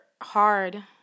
hard